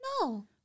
No